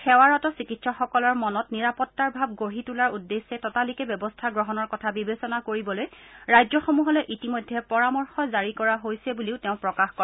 সেৱাৰত চিকিৎসকলৰ মনত নিৰাপত্তাৰ ভাৱ গঢ়ি তোলাৰ উদ্দেশ্যে ততালিকে ব্যৱস্থা গ্ৰহণৰ কথা বিবেচনা কৰিবলৈ ৰাজ্যসমূহলৈ ইতিমধ্যে পৰামৰ্শ জাৰি কৰা হৈছে বুলিও তেওঁ প্ৰকাশ কৰে